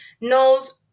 knows